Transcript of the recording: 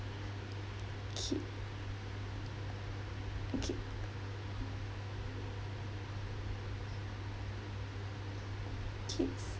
K okay